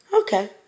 Okay